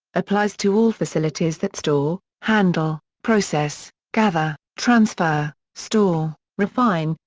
applies to all facilities that store, handle, process, gather, transfer, store, refine,